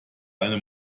eine